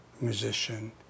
musician